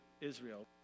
Israel